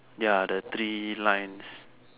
ya the three lines